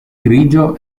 grigio